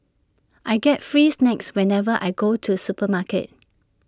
I get free snacks whenever I go to supermarket